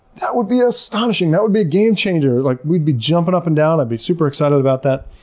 that would be astonishing! that would be a game changer. like, we'd be jumping up and down. i'd be super excited about that.